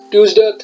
Tuesday